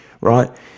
Right